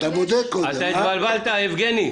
אתה התבלבלת, יבגני.